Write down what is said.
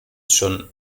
schon